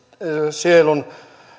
sielun